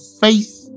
faith